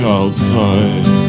outside